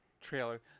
trailer –